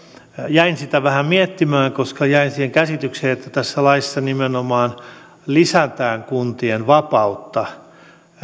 jäin sitä vähän miettimään koska jäin siihen käsitykseen että laissa nimenomaan lisätään kuntien vapautta